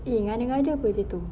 eh mengada-ngada [pe] gitu